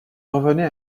revenait